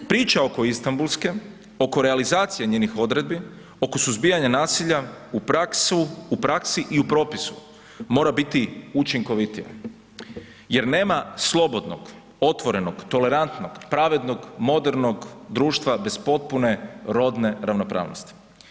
Priča oko Istambulske, oko realizacije njenih odredbi, oko suzbijanja nasilja u praksi i u propisu mora biti učinkovitija jer nema slobodnog, otvorenog, tolerantnog, pravednog, modernog društva bez potpune rodne ravnopravnosti.